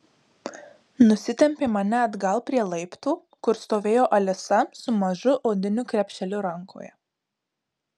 nusitempė mane atgal prie laiptų kur stovėjo alisa su mažu odiniu krepšeliu rankoje